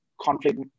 conflict